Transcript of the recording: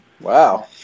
Wow